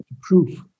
proof